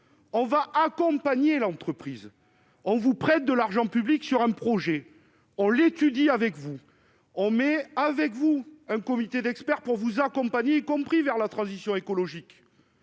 on va accompagner l'entreprise, on vous prête de l'argent public sur un projet, on l'étudie, avec vous on mais avec vous, un comité d'experts pour vous accompagner, y compris vers la transition écologique.